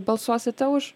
balsuosite už